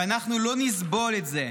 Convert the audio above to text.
ואנחנו לא נסבול את זה.